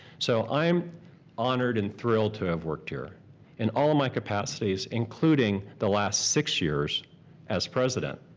so i'm honored and thrilled to have worked here in all of my capacities, including the last six years as president.